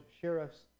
sheriffs